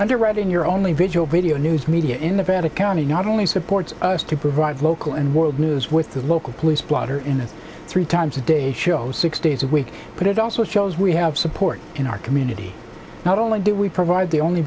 underwriting your only vigil video news media in the bad a county not only supports us to provide local and world news with the local police blotter in a three times a day show six days a week but it also shows we have support in our community not only do we provide the only